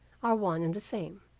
are one and the same.